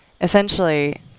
essentially